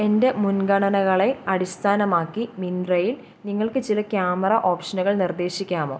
എൻ്റെ മുൻഗണനകളെ അടിസ്ഥാനമാക്കി മിന്ത്രയിൽ നിങ്ങൾക്ക് ചില ക്യാമറ ഓപ്ഷനുകൾ നിർദ്ദേശിക്കാമോ